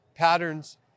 patterns